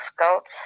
scouts